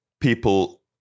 people